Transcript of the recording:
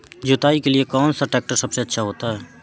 जुताई के लिए कौन सा ट्रैक्टर सबसे अच्छा होता है?